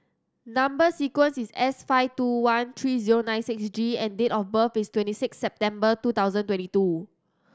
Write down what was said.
number sequence is S five two one three zero nine six G and date of birth is twenty six September two thousand twenty two